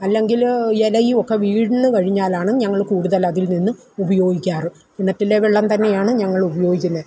അല്ലെങ്കിൽ ഇലയുമൊക്കെ വീണൂ കഴിഞ്ഞാലാണ് ഞങ്ങൾ കൂടുതൽ അതിൽ നിന്നും ഉപയോഗിക്കാറുള്ളത് കിണറ്റിലെ വെള്ളം തന്നെയാണ് ഞങ്ങൾ ഉപയോഗിക്കുന്നത്